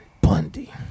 Bundy